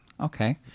Okay